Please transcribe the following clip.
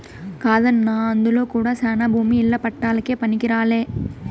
కాదన్నా అందులో కూడా శానా భూమి ఇల్ల పట్టాలకే పనికిరాలే